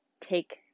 Take